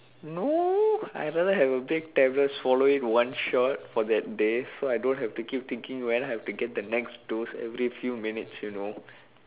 no I rather have a big tablet swallow it one shot for that day so I don't have keep thinking when I have to get the next dose every few minutes you know